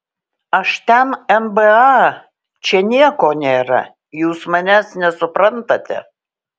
aš ten nba čia nieko nėra jūs manęs nesuprantate